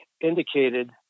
indicated